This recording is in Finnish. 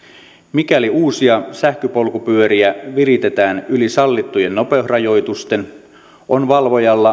mikäli uusia sähköpolkupyöriä viritetään yli sallittujen nopeusrajoitusten on valvojan